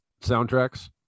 soundtracks